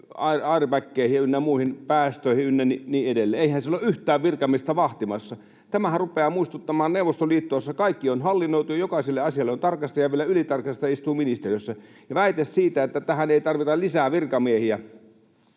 airbageihin, päästöihin ja niin edelleen, mutta eihän siellä ole yhtään virkamiestä vahtimassa. Tämähän rupeaa muistuttamaan Neuvostoliittoa, jossa kaikki on hallinnoitu ja jokaiselle asialle on tarkastaja ja vielä ylitarkastaja istuu ministeriössä. Ja väite siitä, että tähän ei tarvita lisää virkamiehiä: